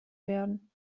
werden